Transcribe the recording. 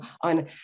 on